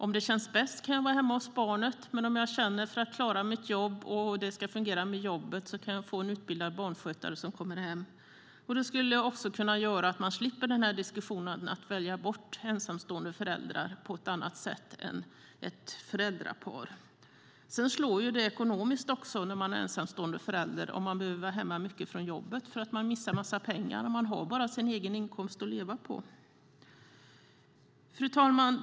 Om det känns bäst kan man vara hemma hos barnet, men om man måste vara på jobbet kan man få en utbildad barnskötare som kommer hem och vårdar det sjuka barnet. På detta sätt skulle man kunna slippa risken att arbetsgivare väljer bort ensamstående föräldrar. Det slår också ekonomiskt om man som ensamstående förälder behöver vara hemma från jobbet mycket. Man missar en massa pengar och har bara sin egen inkomst att leva på. Fru talman!